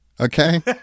okay